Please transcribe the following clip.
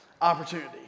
opportunity